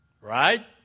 Right